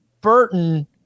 Burton